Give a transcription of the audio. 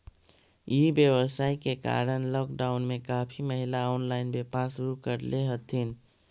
ई व्यवसाय के कारण लॉकडाउन में काफी महिला ऑनलाइन व्यापार शुरू करले हथिन